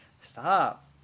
stop